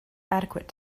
adequate